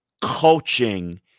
coaching